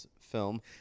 film